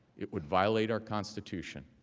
it would violate our constitution,